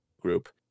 group